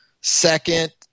Second